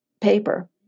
paper